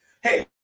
Hey